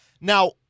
Now